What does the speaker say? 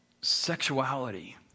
sexuality